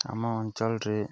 ଆମ ଅଞ୍ଚଳରେ